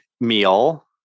meal